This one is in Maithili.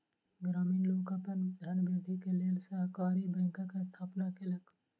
ग्रामीण लोक अपन धनवृद्धि के लेल सहकारी बैंकक स्थापना केलक